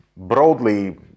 Broadly